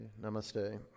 namaste